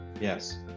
yes